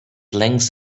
lengths